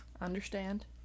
Understand